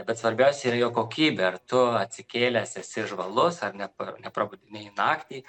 bet svarbiausia yra jo kokybė ar tu atsikėlęs esi žvalus ar ne neprabudinėji naktį